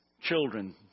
children